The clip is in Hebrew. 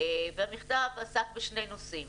המכתב עסק בשני נושאים: